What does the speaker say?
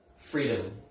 freedom